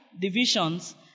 divisions